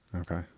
Okay